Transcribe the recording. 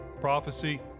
prophecy